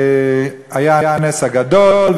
והיה הנס הגדול,